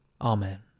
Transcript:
Amen